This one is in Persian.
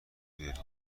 بیارین